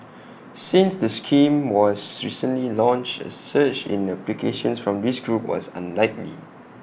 since the scheme was recently launched A surge in applications from this group was unlikely